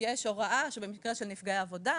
יש הוראה שבמקרה של נפגעי עבודה,